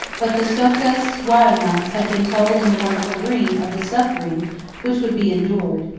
but the so'kus wai'unats had been told in the wonderful dream of the suffering which would be endured,